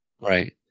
right